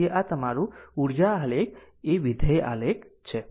તેથી આ તમારું ઉર્જા આલેખ એ વિધેય આલેખ છે